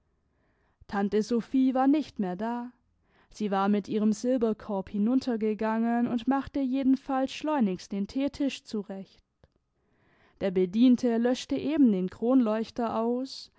tante sophie war nicht mehr da sie war mit ihrem silberkorb hinuntergegangen und machte jedenfalls schleunigst den theetisch zurecht der bediente löschte eben den kronleuchter aus